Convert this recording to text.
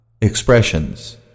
Expressions